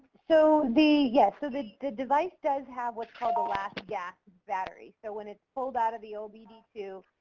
so the, yes, so the device does have what's called a last gap battery. so when it's pulled out of the o b d two,